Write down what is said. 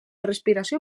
respiració